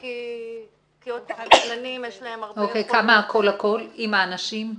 אז כמה הכול, הכול, עם האנשים?